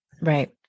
Right